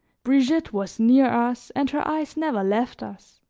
brigitte was near us, and her eyes never left us.